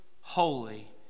holy